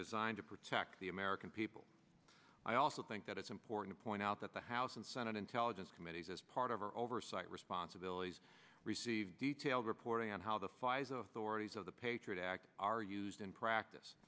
designed to protect the american people i also think that it's important to point out that the house and senate intelligence committees as part of our oversight responsibilities receive detail reporting on how the fires authorities of the patriot act are used in practice